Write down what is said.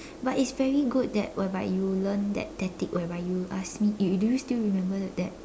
but it's very good that whereby you learn that tactic whereby you are snea~ uh do do you still remember that